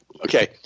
Okay